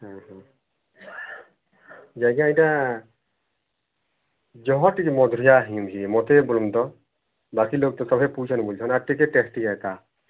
ଓଃ ଯେ ଆଜ୍ଞା ଏଇଟା ଜହ ଚିକେ ମଧୁରୀୟା ହିନ୍ ହିଁ ମୋତେ ଏ ପର୍ଯ୍ୟନ୍ତ ବାକି ଲୋକ ତ ସଭେ ପୁଛେ ବୁଝ ନା ଟିକେ ଟେଷ୍ଟି ଏକା